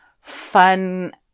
fun